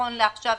נכון לעכשיו,